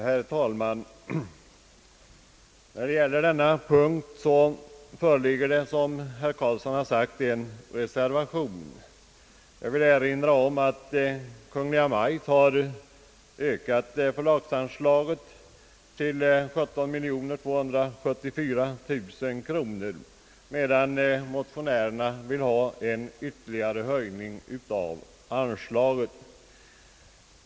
Herr talman! När det gäller denna punkt föreligger det som herr Carlsson har sagt en reservation. Jag vill erinra om att Kungl. Maj:t har begärt en ökning av förevarande förslagsanslag till 17 274 000 kronor, medan motionärerna vill ha en ytterligare höjning av anslaget.